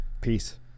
Peace